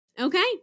okay